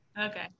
Okay